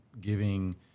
giving